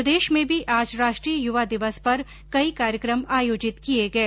प्रदेश में भी आज राष्ट्रीय युवा दिवस पर कई कार्यक्रम आयोजित किए गए